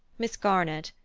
miss garnett,